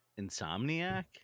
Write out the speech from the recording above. Insomniac